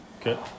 Okay